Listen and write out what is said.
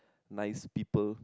nice people